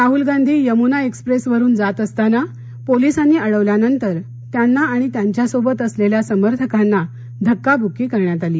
Rahul Gandhi Yamuna express वरून जात असताना पोलिसांनी अडवल्यानंतर त्यांना आणि त्यांच्यासोबत असलेल्या समर्थकांना धक्काबुक्की करण्यात आली